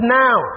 now